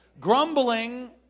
Grumbling